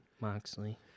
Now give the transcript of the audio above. Moxley